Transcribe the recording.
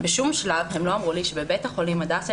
בשום שלב הם לא אמרו לי שבבית החולים הדסה